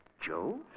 Joe